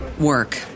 work